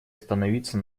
остановиться